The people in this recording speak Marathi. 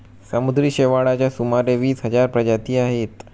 समुद्री शेवाळाच्या सुमारे वीस हजार प्रजाती आहेत